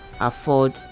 afford